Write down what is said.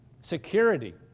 Security